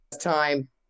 time